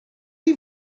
chi